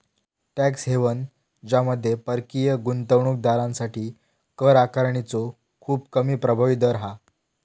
tax haven ज्यामध्ये परकीय गुंतवणूक दारांसाठी कर आकारणीचो खूप कमी प्रभावी दर हा